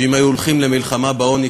שאם היו הולכים למלחמה בעוני,